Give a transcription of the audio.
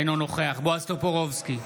אינו נוכח בועז טופורובסקי,